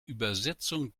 übersetzung